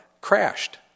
crashed